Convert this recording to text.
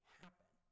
happen